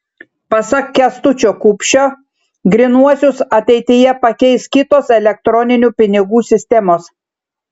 pasak kęstučio kupšio grynuosius ateityje pakeis kitos elektroninių pinigų sistemos